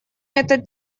этот